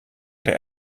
der